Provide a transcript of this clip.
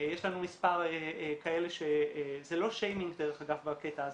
יש לנו מספר כאלה ש- -- זה לא שיימינג דרך אגב בקטע הזה,